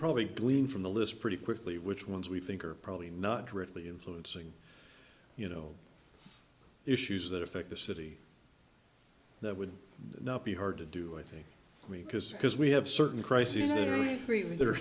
probably glean from the list pretty quickly which ones we think are probably not directly influencing you know issues that affect the city that would not be hard to do i think i mean because because we have certain crises